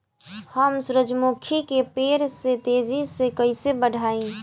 हम सुरुजमुखी के पेड़ के तेजी से कईसे बढ़ाई?